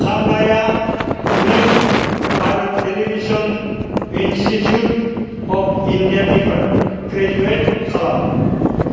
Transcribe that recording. खान्नाआ film आरो television institute of India निफ्राय graduate खालामो